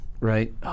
right